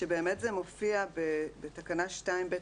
באמת זה מופיע בתקנה 2(ב)(1)